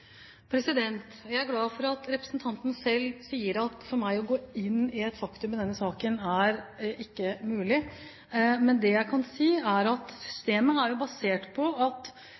Jeg er glad for at representanten selv sier at for meg å gå inn i faktum i denne saken, ikke er mulig. Det jeg kan si, er at systemet er basert på at